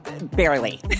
Barely